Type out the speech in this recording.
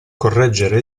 correggere